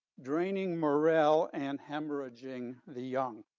draining morale and hemorrhaging the young.